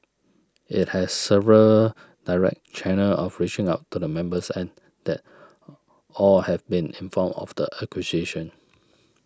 it has several direct channels of reaching out to the members and that all have been informed of the acquisition